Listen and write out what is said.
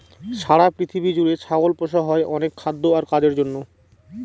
সারা পৃথিবী জুড়ে ছাগল পোষা হয় অনেক খাদ্য আর কাজের জন্য